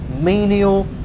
menial